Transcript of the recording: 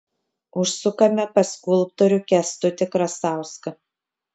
užsukame pas skulptorių kęstutį krasauską